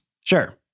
Sure